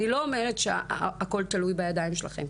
אני לא אומרת שהכול תלוי בידיים שלכם.